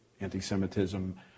anti-Semitism